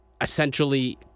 essentially